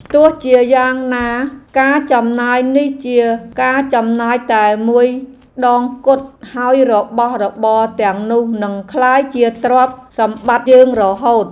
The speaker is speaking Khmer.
ទោះជាយ៉ាងណាការចំណាយនេះជាការចំណាយតែមួយដងគត់ហើយរបស់របរទាំងនោះនឹងក្លាយជាទ្រព្យសម្បត្តិយើងរហូត។